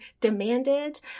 demanded